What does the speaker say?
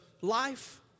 life